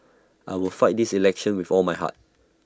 I will fight this election with all my heart